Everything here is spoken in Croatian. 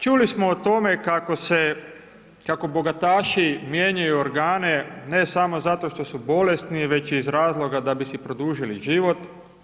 Čuli smo o tome, kako bogataši mijenjaju organe, ne samo zato što su bolesni, već iz razloga da bi si produžili život.